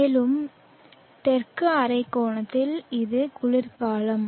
மேலும் தெற்கு அரைக்கோளத்தில் இது குளிர்காலம்